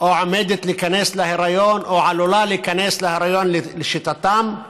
או עלולה להיכנס להיריון, לשיטתם,